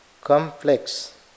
complex